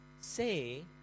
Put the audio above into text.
say